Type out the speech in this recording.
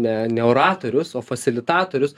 ne ne oratorius o fasilitatorius